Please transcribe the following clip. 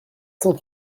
cent